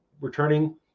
returning